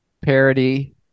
parody